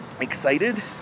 excited